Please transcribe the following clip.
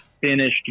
finished